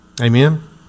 Amen